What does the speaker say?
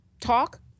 talk